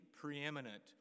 preeminent